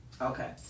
Okay